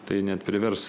tai net privers